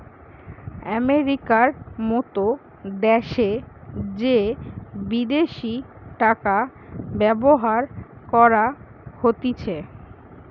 আমেরিকার মত দ্যাশে যে বিদেশি টাকা ব্যবহার করা হতিছে